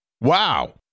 Wow